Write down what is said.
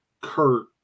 Kurt